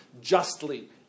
justly